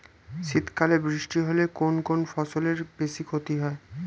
শীত কালে বৃষ্টি হলে কোন কোন ফসলের বেশি ক্ষতি হয়?